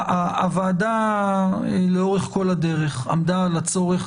הוועדה לאורך כל הדרך עמדה על הצורך